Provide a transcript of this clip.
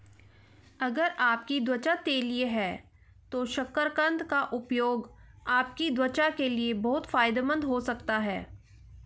अगर आपकी त्वचा तैलीय है तो शकरकंद का उपयोग आपकी त्वचा के लिए बहुत फायदेमंद हो सकता है